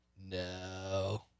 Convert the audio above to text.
no